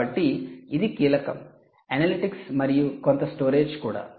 కాబట్టి ఇది కీలకం అనలిటిక్స్ మరియు కొంత స్టోరేజ్ కూడా